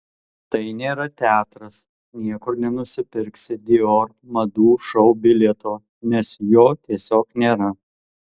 tai nėra teatras niekur nenusipirksi dior madų šou bilieto nes jo tiesiog nėra